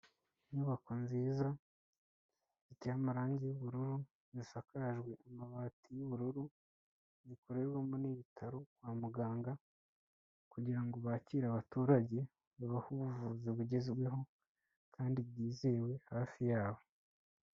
Inyubako nziza iteye amarangi y'ubururu, zisakajwe amabati y'ubururu, zikorerwamo n'ibitaro kwa muganga kugira ngo bakire abaturage babahe ubuvuzi bugezweho kandi bwizewe hafi yabo.